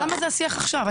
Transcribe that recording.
אבל זה השיח עכשיו?